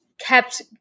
kept